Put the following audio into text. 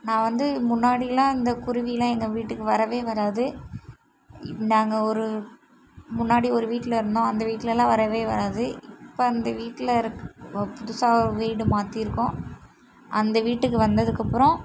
நான் வந்து முன்னாடிலாம் இந்த குருவிலாம் எங்கள் வீட்டுக்கு வரவே வராது நாங்கள் ஒரு முன்னாடி ஒரு வீட்டில் இருந்தோம் அந்து வீட்லலாம் வரவே வராது இப்போ அந்த வீட்டில் இருக்க புதுசாக வீடு மாற்றிருக்கோம் அந்த வீட்டுக்கு வந்ததுக்கப்புறோம்